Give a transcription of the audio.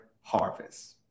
harvest